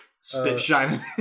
spit-shining